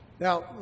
Now